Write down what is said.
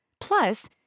Plus